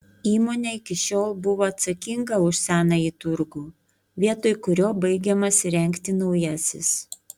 įmonė iki šiol buvo atsakinga už senąjį turgų vietoj kurio baigiamas įrengti naujasis